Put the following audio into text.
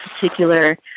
particular